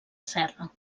serra